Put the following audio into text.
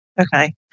Okay